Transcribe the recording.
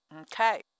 Okay